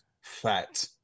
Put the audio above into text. Fat